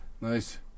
Nice